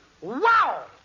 Wow